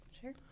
Sure